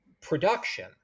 production